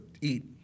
eat